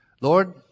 Lord